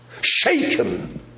shaken